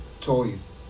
toys